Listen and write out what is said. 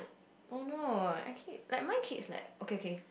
oh no I kid like my kids like okay okay